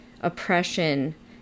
oppression